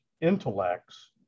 intellects